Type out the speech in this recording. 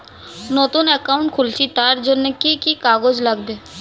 নতুন অ্যাকাউন্ট খুলছি তার জন্য কি কি কাগজ লাগবে?